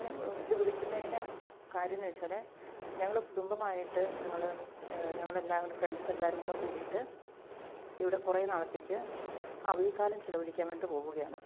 ഞാന് ഇത് വിളിക്കുന്നതിൻ്റെ കാര്യമെന്നുവച്ചാല് ഞങ്ങള് കുടുംബമായിട്ട് ഞങ്ങള് ഞങ്ങളെല്ലാംകൂടി ഫ്രണ്ട്സെല്ലാവരും കൂടി കൂടിയിട്ട് ഇവിടെ കുറേ നാളത്തേക്ക് അവധിക്കാലം ചിലവഴിക്കാൻ വേണ്ടിയിട്ട് പോവുകയാണ്